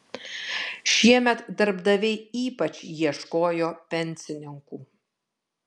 šiemet darbdaviai ypač ieškojo pensininkų